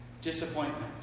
disappointment